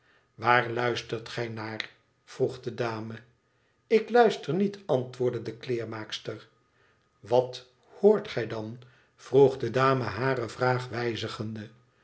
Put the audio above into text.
waar luistert gij naar r vroeg de dame ik luister niet antwoordde de kleermaakster wat hoort gij dan vroeg de dame hare vraag wijzigende